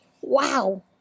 Wow